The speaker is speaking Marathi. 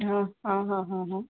हा हा हा हा हा